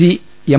G M